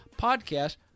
podcast